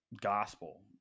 gospel